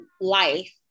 life